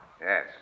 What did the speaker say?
Yes